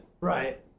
Right